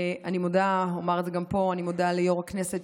אני מודה ליו"ר הכנסת,